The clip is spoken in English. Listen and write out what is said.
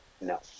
No